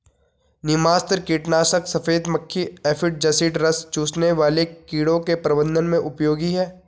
नीमास्त्र कीटनाशक सफेद मक्खी एफिड जसीड रस चूसने वाले कीड़ों के प्रबंधन में उपयोगी है